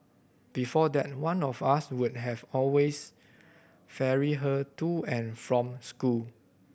before that one of us would always ferry her to and from school